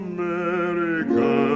America